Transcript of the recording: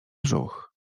brzuch